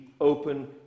open